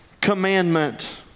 commandment